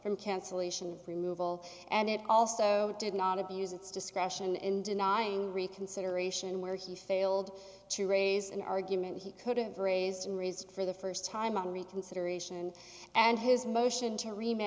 from cancellation of removal and it also did not abuse its discretion in denying reconsideration where he failed to raise an argument he couldn't raise and raised for the st time on reconsideration and his motion to remain